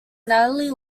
natalie